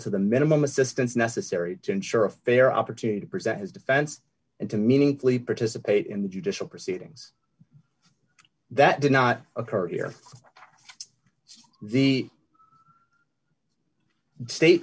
to the minimum assistance necessary to ensure a fair opportunity to present his defense and to meaningfully participate in the judicial proceedings that did not occur here in the state